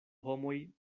homoj